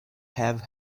have